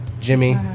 Jimmy –